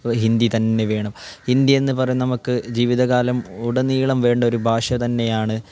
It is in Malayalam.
ഹിന്ദി തന്നെ വേണം ഹിന്ദിയെന്ന് പറയുന്നത് നമുക്ക് ജീവിതകാലം ഉടനീളം വേണ്ട ഒരു ഭാഷ തന്നെയാണ്